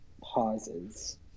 pauses